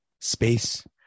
space